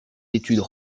études